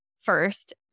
first